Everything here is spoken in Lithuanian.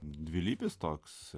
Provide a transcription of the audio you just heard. dvilypis toks